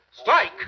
Strike